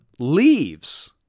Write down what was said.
leaves